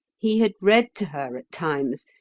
he had read to her at times,